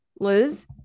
Liz